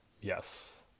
Yes